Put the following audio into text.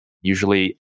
usually